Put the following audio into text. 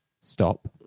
stop